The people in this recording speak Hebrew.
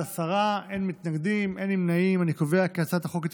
להעביר את הצעת חוק ההוצאה לפועל (תיקון מס' 73) (תחליף